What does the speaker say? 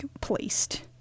placed